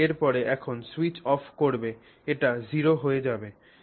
এবং এরপরে যখন সুইচ অফ করবে এটি 0 হয়ে যাবে